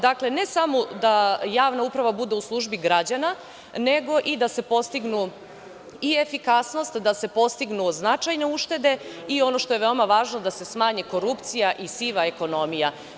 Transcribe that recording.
Dakle, ne samo da javna uprava bude u službi građana, nego i da se postignu i efikasnost, da se postignu značajne uštede i, ono što je veoma važno, da se smanji korupcija i siva ekonomija.